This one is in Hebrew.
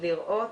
לראות